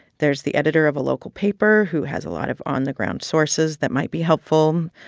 there's the editor of a local paper, who has a lot of on-the-ground sources that might be helpful.